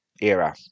era